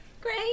Great